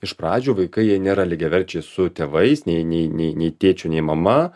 iš pradžių vaikai jie nėra lygiaverčiai su tėvais nei nei nei nei tėčiu nei mama